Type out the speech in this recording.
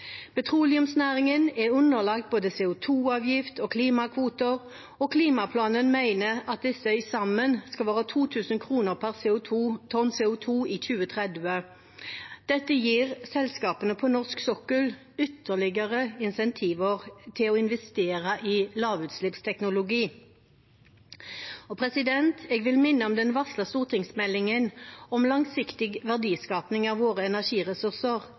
Petroleumsnæringen er underlagt både CO 2 -avgift og klimakvoter, og klimaplanen mener at disse til sammen skal være 2 000 kr per tonn CO 2 i 2030. Dette gir selskapene på norsk sokkel ytterligere incentiver til å investere i lavutslippsteknologi. Jeg vil minne om den varslede stortingsmeldingen om langsiktig verdiskaping fra våre energiressurser,